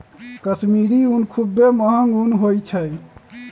कश्मीरी ऊन खुब्बे महग ऊन होइ छइ